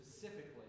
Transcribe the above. specifically